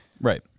Right